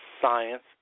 science